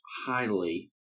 highly